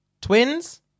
Twins